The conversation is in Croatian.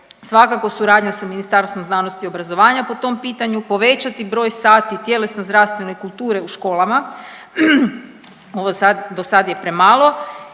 svakako suradnja s Ministarstvom znanosti i obrazovanja po tom pitanju, povećati broj sati tjelesno zdravstvene kulture u školama, ovo dosad je premalo